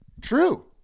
True